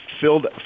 filled